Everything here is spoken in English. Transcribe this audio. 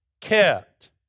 Kept